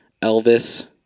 Elvis